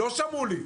לא שמעו לי.